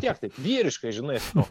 tiek taip vyriškai žinai nu